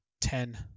Ten